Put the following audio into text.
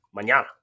Mañana